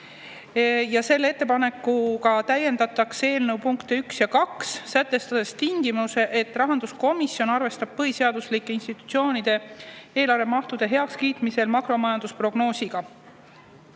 Selle ettepanekuga täiendatakse eelnõu punkte 1 ja 2, sätestades tingimuse, et rahanduskomisjon arvestab põhiseaduslike institutsioonide eelarve mahu heakskiitmisel makromajandusprognoosiga.